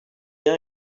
bien